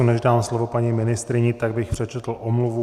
Než dám slovo paní ministryni, tak bych přečetl omluvu.